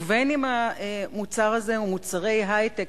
ובין אם המוצר הזה הוא מוצרי היי-טק,